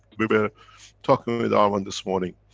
we were talking with armen this morning.